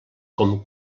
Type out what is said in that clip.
com